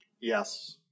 Yes